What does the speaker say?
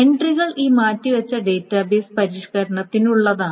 എൻട്രികൾ ഈ മാറ്റിവച്ച ഡാറ്റാബേസ് പരിഷ്ക്കരണത്തിനുള്ളതാണ്